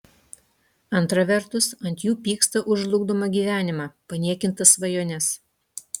antra vertus ant jų pyksta už žlugdomą gyvenimą paniekintas svajones